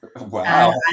Wow